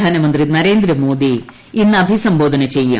പ്രധാനമന്ത്രി നരേന്ദ്രമോദി ഇന്ന് അഭിസംബോധന ചെയ്യും